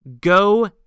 go